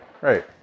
Right